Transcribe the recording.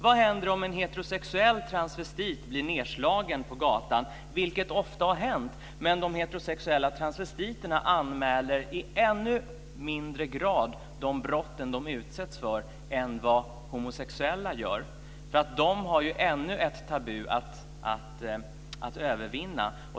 Vad händer om en heterosexuell transvestit blir nedslagen på gatan? Det har ofta hänt, men de heterosexuella transvestiterna anmäler i ännu mindre grad de brott som de utsätts för än vad homosexuella gör. De har ju ännu ett tabu att övervinna.